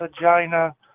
vagina